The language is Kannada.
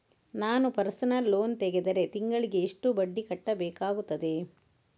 ನಾನು ಪರ್ಸನಲ್ ಲೋನ್ ತೆಗೆದರೆ ತಿಂಗಳಿಗೆ ಎಷ್ಟು ಬಡ್ಡಿ ಕಟ್ಟಬೇಕಾಗುತ್ತದೆ?